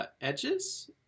edges